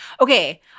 Okay